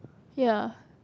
ya